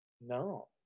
No